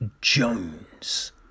Jones